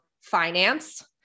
finance